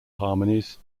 harmonies